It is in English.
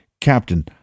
Captain